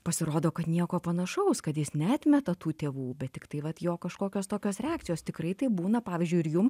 pasirodo kad nieko panašaus kad jis neatmeta tų tėvų bet tiktai vat jo kažkokios tokios reakcijos tikrai taip būna pavyzdžiui ir jum